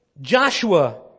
Joshua